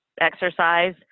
exercise